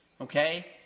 Okay